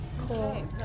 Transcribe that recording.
Cool